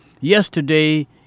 yesterday